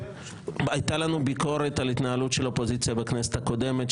הייתה לנו ביקורת על ההתנהלות של האופוזיציה בכנסת הקודמת,